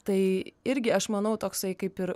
tai irgi aš manau toksai kaip ir